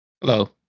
Hello